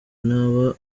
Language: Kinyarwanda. n’aba